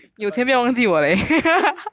I buy